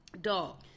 dog